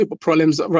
problems